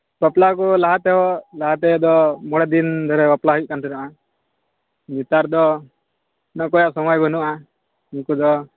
ᱵᱟᱯᱞᱟ ᱠᱚ ᱞᱟᱦᱟ ᱛᱮᱦᱚᱸ ᱞᱟᱦᱟ ᱛᱮᱫᱚ ᱢᱚᱬᱮ ᱫᱤᱱ ᱫᱷᱚᱨᱮ ᱵᱟᱯᱞᱟ ᱦᱩᱭᱩᱜ ᱠᱟᱱ ᱛᱟᱦᱮᱱᱟ ᱱᱮᱛᱟᱨ ᱫᱚ ᱚᱠᱚᱭᱟᱜ ᱥᱚᱢᱚᱭ ᱵᱟᱹᱱᱩᱜᱼᱟ ᱩᱱᱠᱩ ᱫᱚ